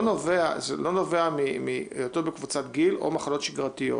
נובע מהיותו בקבוצות גיל או מחלות שגרתיות.